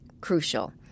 crucial